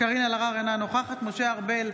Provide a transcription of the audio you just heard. קארין אלהרר, אינה נוכחת משה ארבל,